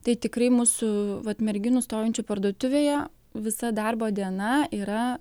tai tikrai mūsų vat merginų stovinčių parduotuvėje visa darbo diena yra